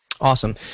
Awesome